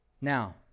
Now